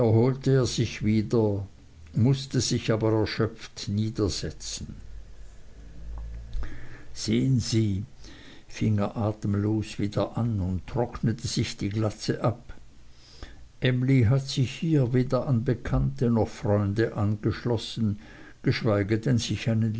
erholte er sich wieder mußte sich aber erschöpft niedersetzen sehen sie fing er atemlos wieder an und trocknete sich die glatze ab emly hat sich hier weder an bekannte noch freunde angeschlossen geschweige denn sich einen